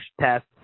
test